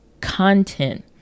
content